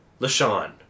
LaShawn